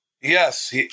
Yes